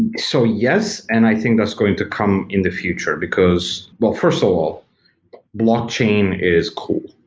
and so yes, and i think that's going to come in the future, because well, first of all, blockchain is cool.